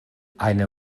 eine